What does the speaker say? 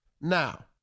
Now